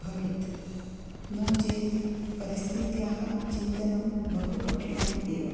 भवेत् नो चेत् परिस्थित्याः चिन्तनं बहु कठिणम् एव